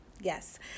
yes